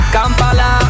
Kampala